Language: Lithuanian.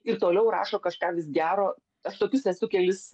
ir toliau rašo kažką vis gero aš tokius esu kelis